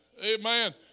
Amen